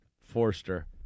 Forster